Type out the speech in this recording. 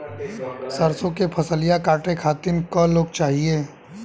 सरसो के फसलिया कांटे खातिन क लोग चाहिए?